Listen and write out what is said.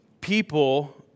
people